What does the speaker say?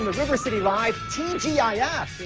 river city live. tgif. ah